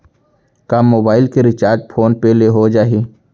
का मोबाइल के recharge phone पे ले हो जाही?